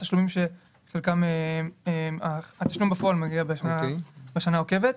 תשלומים שבחלקם התשלום בפועל מגיע בשנה העוקבת,